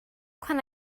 can